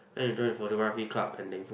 then you join the photography club and info